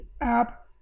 app